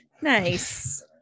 nice